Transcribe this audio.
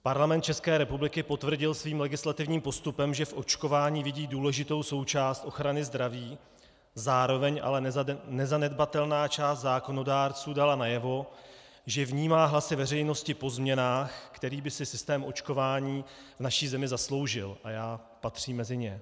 Parlament České republiky potvrdil svým legislativním postupem, že v očkování vidí důležitou součást ochrany zdraví, zároveň ale nezanedbatelná část zákonodárců dala najevo, že vnímá hlasy veřejnosti po změnách, které by si systém očkování v naší zemi zasloužil, a já patřím mezi ně.